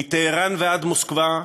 מטהראן ועד מוסקבה,